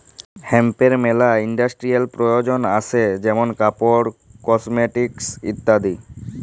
হেম্পের মেলা ইন্ডাস্ট্রিয়াল প্রয়জন আসে যেমন কাপড়, কসমেটিকস ইত্যাদি